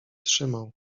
trzymał